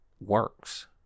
works